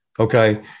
Okay